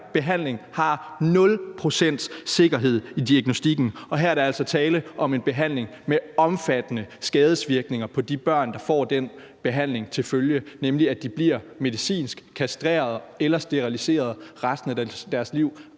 behandling har 0 pct.s sikkerhed i diagnostikken, og her er der altså tale om en behandling med omfattende skadevirkninger på de børn, der får den behandling, til følge, nemlig at de bliver medicinsk kastreret eller steriliseret for resten af deres liv